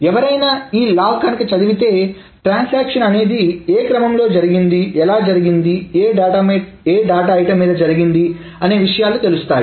ఎవరైనా ఈ లాగ్ కనక చదివితే ట్రాన్సాక్షన్ అనేది ఏ క్రమంలో జరిగింది ఎలా జరిగింది ఏ డేటా ఐటమ్ మీద జరిగింది అనే విషయాలు తెలుస్తాయి